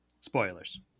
Spoilers